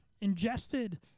ingested